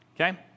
Okay